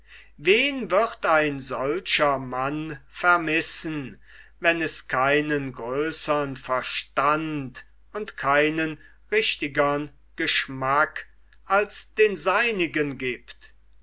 wen wird ein solcher mann vermissen wenn es keinen größern verstand und keinen richtigern geschmack als den seinigen giebt